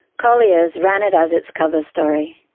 collier's ran it as its cover story.